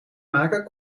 maken